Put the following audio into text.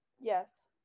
Yes